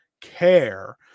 care